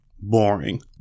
Boring